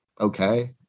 okay